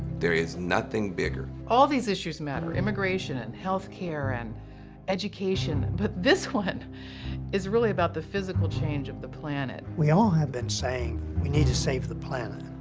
there is nothing bigger. all these issues matter immigration and health care and education. but this one is really about the physical change of the planet. we all have been saying we need to save the planet.